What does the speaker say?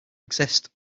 exist